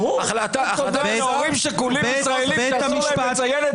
ברור --- הורים שכולים --- לציין את האבל הזה